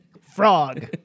Frog